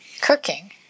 cooking